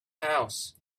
house